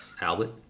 Albert